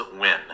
win